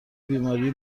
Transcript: بیماری